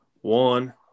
one